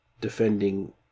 defending